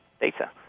data